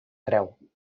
creu